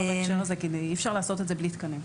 בהקשר הזה כי אי אפשר לעשות את זה בלי תקנים.